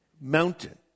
mountain